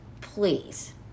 please